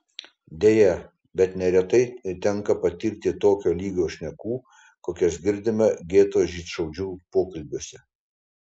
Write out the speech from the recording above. deja bet neretai tenka patirti tokio lygio šnekų kokias girdime geto žydšaudžių pokalbiuose